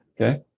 Okay